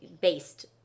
based